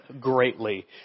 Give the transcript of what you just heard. greatly